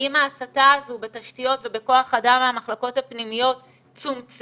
האם ההסטה הזו בתשתיות ובכוח אדם מהמחלקות הפנימיות צומצמה,